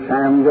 Sam